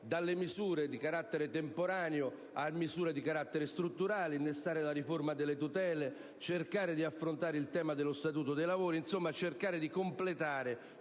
dalle misure di carattere temporaneo a misure di carattere strutturale, innestare la riforma delle tutele, cercare di affrontare il tema dello Statuto dei lavoratori; insomma cercare di completare